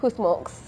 who smokes